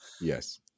yes